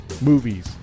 movies